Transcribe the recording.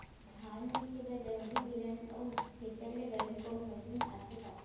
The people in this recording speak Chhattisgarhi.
धान मिसे बर दंवरि, बेलन अऊ थ्रेसर ले बढ़िया कोनो मशीन आथे का?